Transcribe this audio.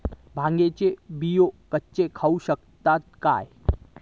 भांगे चे बियो कच्चे खाऊ शकताव काय?